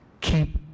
keep